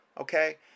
okay